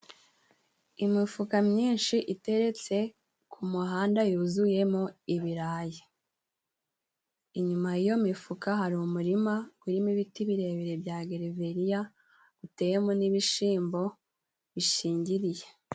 Imifuka myinshi iteretse ku muhanda yuzuyemo ibirayi. Inyuma y'iyo mifuka hari umurima urimo ibiti birebire bya geveriya, uteyemo n'ibishyimbo bishingiriye.